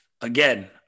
Again